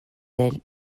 elle